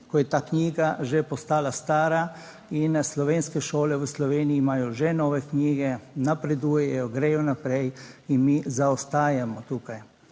ko je ta knjiga že postala stara. In slovenske šole v Sloveniji imajo že nove knjige, napredujejo, gredo naprej in mi zaostajamo tukaj.